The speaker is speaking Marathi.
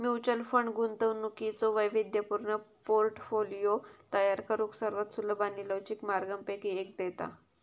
म्युच्युअल फंड गुंतवणुकीचो वैविध्यपूर्ण पोर्टफोलिओ तयार करुक सर्वात सुलभ आणि लवचिक मार्गांपैकी एक देता